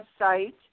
website